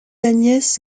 agnès